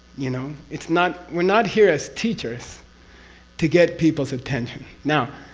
you know? it's not. we're not here as teachers to get people's attention. now,